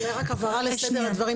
אולי רק הבהרה לסדר הדברים.